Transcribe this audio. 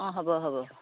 অ' হ'ব হ'ব